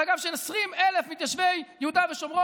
על הגב של 20,000 מתיישבי יהודה ושומרון,